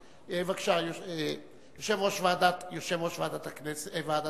בבקשה, יושב-ראש ועדת הכנסת.